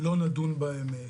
שלא נדון בהן כאן.